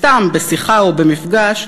סתם בשיחה או במפגש,